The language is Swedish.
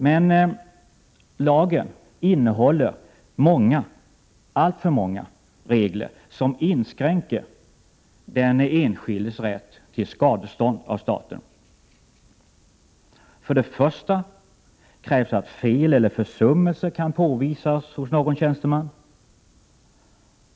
Men lagen innehåller alltför många regler som inskränker den enskildes rätt till skadestånd av staten. För det första krävs att fel eller försummelse kan påvisas hos någon tjänsteman.